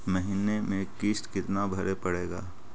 महीने में किस्त कितना भरें पड़ेगा?